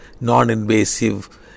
non-invasive